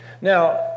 Now